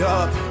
up